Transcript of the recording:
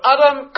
Adam